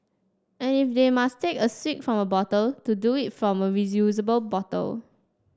and if they must take a swig from a bottle to do it from a reusable bottle